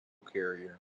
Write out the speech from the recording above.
carrier